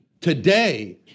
Today